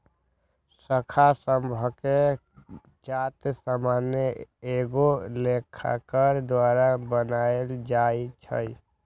खता शभके चार्ट सामान्य एगो लेखाकार द्वारा बनायल जाइ छइ